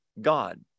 God